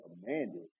commanded